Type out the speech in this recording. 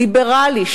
ליברלי,